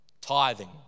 Tithing